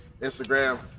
Instagram